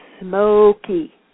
smoky